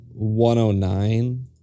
109